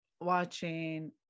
watching